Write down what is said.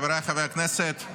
חבריי חברי הכנסת,